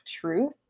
truth